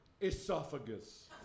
Esophagus